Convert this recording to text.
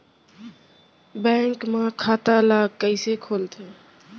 Bank म खाता ल कइसे खोलथे?